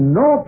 no